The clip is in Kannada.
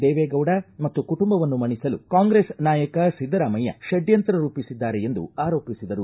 ದೇವೇಗೌಡ ಮತ್ತು ಕುಟುಂಬವನ್ನು ಮಣಿಸಲು ಕಾಂಗ್ರೆಸ್ ನಾಯಕ ಸಿದ್ದರಾಮಯ್ಯ ಷಡ್ಡಂತ್ರ ರೂಪಿಸಿದ್ದಾರೆ ಎಂದು ಆರೋಪಿಸಿದರು